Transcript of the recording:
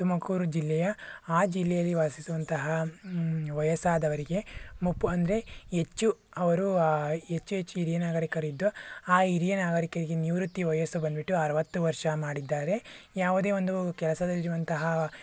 ತುಮಕೂರು ಜಿಲ್ಲೆಯ ಆ ಜಿಲ್ಲೆಯಲ್ಲಿ ವಾಸಿಸುವಂತಹ ವಯಸ್ಸಾದವರಿಗೆ ಮುಪ್ಪು ಅಂದರೆ ಹೆಚ್ಚು ಅವರು ಹೆಚ್ಚು ಹೆಚ್ಚು ಹಿರಿಯ ನಾಗರಿಕರಿದ್ದು ಆ ಹಿರಿಯ ನಾಗರಿಕರಿಗೆ ನಿವೃತ್ತಿ ವಯಸ್ಸು ಬಂದುಬಿಟ್ಟು ಅರುವತ್ತು ವರ್ಷ ಮಾಡಿದ್ದಾರೆ ಯಾವುದೇ ಒಂದು ಕೆಲಸದಲ್ಲಿ ಇರುವಂತಹ